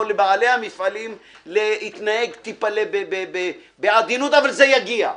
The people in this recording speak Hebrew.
לבעלי המפעלים להתנהג מעט בעדינות אבל זה יגיע.